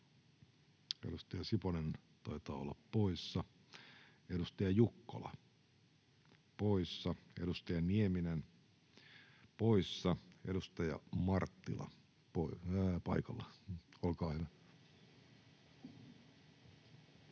edustaja Siponen taitaa olla poissa. Edustaja Jukkola, poissa. Edustaja Nieminen, poissa. — Edustaja Marttila, paikalla, olkaa hyvä.